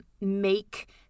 make